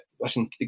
Listen